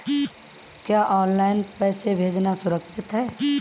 क्या ऑनलाइन पैसे भेजना सुरक्षित है?